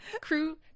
Crew